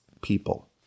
people